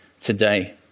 today